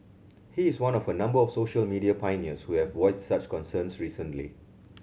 he is one of a number of social media pioneers who have voiced such concerns recently